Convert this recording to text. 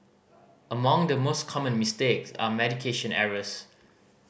among the most common mistakes are medication errors